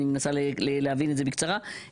אני מנסה להבין את זה בקצרה,